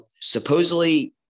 Supposedly